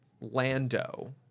Lando